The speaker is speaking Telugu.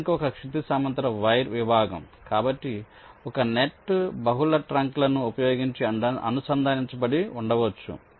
ట్రంక్ ఒక క్షితిజ సమాంతర వైర్ విభాగం కాబట్టి ఒక నెట్ బహుళ ట్రంక్లను ఉపయోగించి అనుసంధానించబడి ఉండవచ్చు